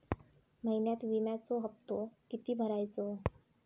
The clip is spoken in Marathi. महिन्यात विम्याचो हप्तो किती भरायचो?